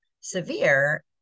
severe